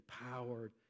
empowered